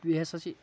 بیٚیہِ ہسا چھِ